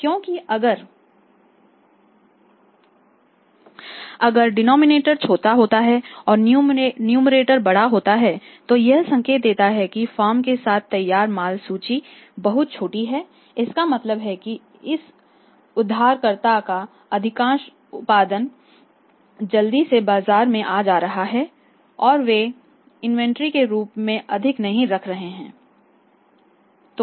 क्योंकि अगर डिनॉमिनेटर छोटा होता है और न्यूमैरेटर बड़ा होता है तो यह संकेत देता है कि फॉर्म के साथ तैयार माल सूची बहुत छोटी है इसका मतलब है कि इस उद्धार करता का अधिकांश उत्पादन जल्दी से बाजार में आ जा रहा है और वे इन्वेंटरी के रूप में अधिक नहीं रख रहे हैं